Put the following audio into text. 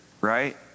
right